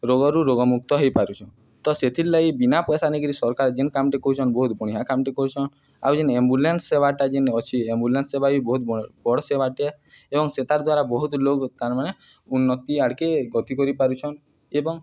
ରୋଗରୁ ରୋଗମୁକ୍ତ ହେଇପାରୁଛୁ ତ ସେଥିର୍ଲାଗି ବିନା ପଇସା ନେଇକିରି ସରକାର ଯେନ୍ କାମଟେ କରୁଛନ୍ ବହୁତ ବଢ଼ିଁଆ କାମଟେ କରୁଛନ୍ ଆଉ ଯେନ୍ ଏମ୍ବୁଲାନ୍ସ ସେବାଟା ଯେନ୍ ଅଛି ଆମ୍ବୁଲାନ୍ସ ସେବା ବି ବହୁତ ବଡ଼ ସେବାଟେ ଏବଂ ସେତାର୍ ଦ୍ୱାରା ବହୁତ ଲୋକ ତାର୍ମାନେ ଉନ୍ନତି ଆଡ଼କେ ଗତି କରିପାରୁଛନ୍ ଏବଂ